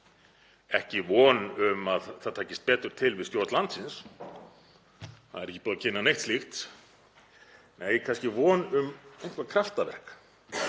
ekki von um að það takist betur til við stjórn landsins, það er ekki búið að kynna neitt slíkt. Nei, kannski von um eitthvert kraftaverk